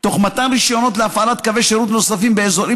תוך מתן רישיונות להפעלת קווי שירות נוספים באזורים